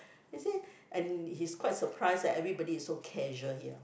is it and he's quite surprised that everybody is so casual here